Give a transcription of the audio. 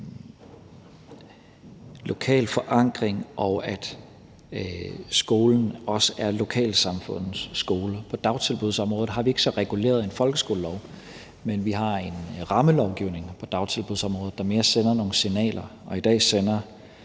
lokal forankring og for, at skolen også er lokalsamfundets skole. På dagtilbudsområdet har vi ikke noget så reguleret som en folkeskolelov, men vi har en rammelovgivning på dagtilbudsområdet, der mere sender nogle signaler, og i dag sender